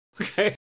Okay